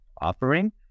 offering